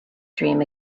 dream